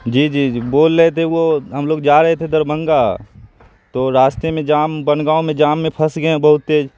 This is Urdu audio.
جی جی جی بول رہے تھے وہ ہم لوگ جا رہے تھے دربھنگہ تو راستے میں جام بن گاؤں میں جام میں پھنس گئے ہیں بہت تیز